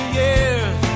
years